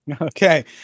okay